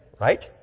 Right